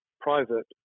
private